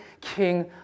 king